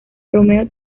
romero